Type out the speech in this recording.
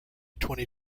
twenty